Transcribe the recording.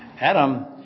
Adam